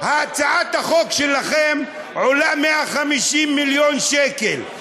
הצעת החוק שלכם עולה 150 מיליון שקל,